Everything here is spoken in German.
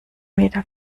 meter